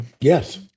Yes